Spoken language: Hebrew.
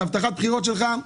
את הבטחת הבחירות שלך.